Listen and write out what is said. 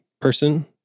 person